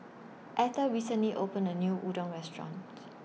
Etta recently opened A New Udon Restaurant